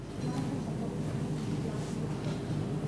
בבקשה, חבר הכנסת לוין.